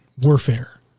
warfare